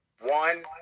One